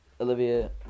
Olivia